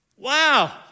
Wow